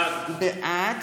בעד